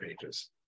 pages